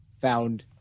found